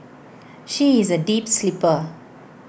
she is A deep sleeper